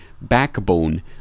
backbone